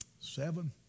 Seven